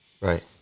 right